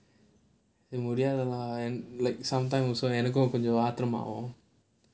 முடியாதுலா:mudiyaathulaa like sometime also எனக்கும் கொஞ்சம் ஆத்திரமா வரும்:enakkum konjam aathiramaa varum